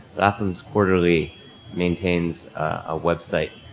lapham's quarterly maintains a website.